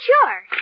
sure